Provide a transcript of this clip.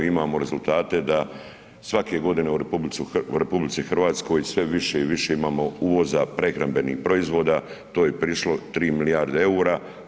Imamo rezultate da svake godine u RH sve više i više imamo uvoza prehrambenih proizvoda, to je prišlo 3 milijarde EUR-a.